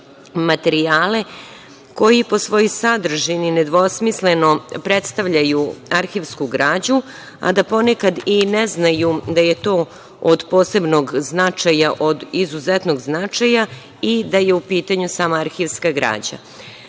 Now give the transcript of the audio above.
materijale koji po svojoj sadržini nedvosmisleno predstavljaju arhivsku građu, a da ponekad i ne znaju da je to od posebnog značaja, od izuzetnog značaja i da je u pitanju sama arhivska građa. Zatim,